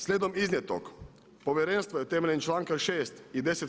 Slijedom iznijetog povjerenstvo je temeljem članka 6. i 10.